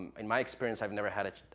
in my experience, i've never had a,